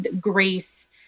grace